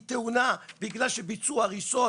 היא תאונה בגלל שביצעו הריסות,